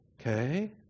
Okay